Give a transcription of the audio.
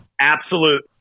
absolute